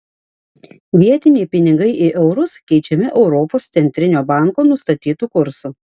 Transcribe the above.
vietiniai pinigai į eurus keičiami europos centrinio banko nustatytu kursu